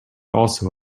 also